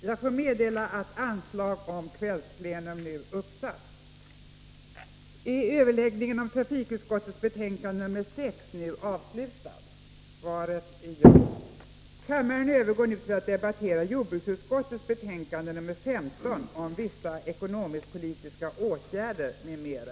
Till finansutskottets betänkande 18 om beräkning av särskilt basbelopp finns ingen talare anmäld. Kammaren övergår därför nu till att debattera skatteutskottets betänkande 12 om vissa ekonomisk-politiska åtgärder m.m.